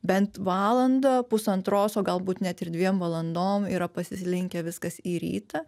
bent valandą pusantros o galbūt net ir dviem valandom yra pasislinkę viskas į rytą